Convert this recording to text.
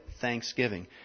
thanksgiving